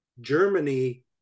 Germany